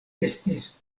estis